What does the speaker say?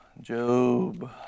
Job